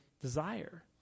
desire